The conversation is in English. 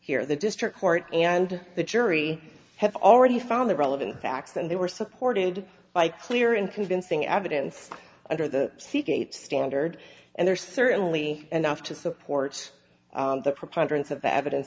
here the district court and the jury have already found the relevant facts and they were supported by clear and convincing evidence under the sea kate standard and there's certainly enough to support the preponderance of evidence